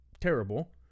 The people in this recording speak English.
terrible